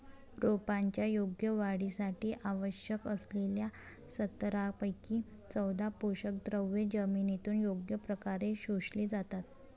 रोपांच्या योग्य वाढीसाठी आवश्यक असलेल्या सतरापैकी चौदा पोषकद्रव्ये जमिनीतून योग्य प्रकारे शोषली जातात